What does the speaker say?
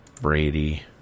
Brady